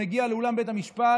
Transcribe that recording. מגיע לאולם בית המשפט,